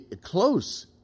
close